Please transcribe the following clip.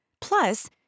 Plus